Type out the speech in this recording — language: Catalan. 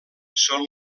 són